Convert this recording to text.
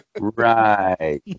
Right